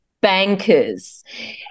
bankers